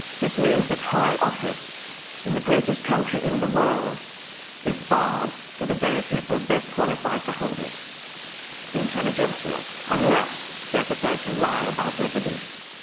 this means that high office in the greatest country in the world is barred to the very people best qualified to hold it the intelligentsia unless they are prepared to lie about their beliefs.